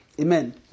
Amen